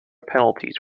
penalties